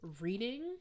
reading